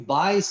buy